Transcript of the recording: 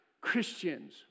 Christians